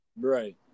Right